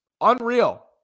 Unreal